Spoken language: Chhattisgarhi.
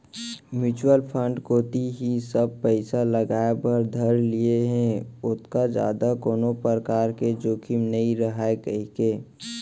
म्युचुअल फंड कोती ही सब पइसा लगाय बर धर लिये हें ओतका जादा कोनो परकार के जोखिम नइ राहय कहिके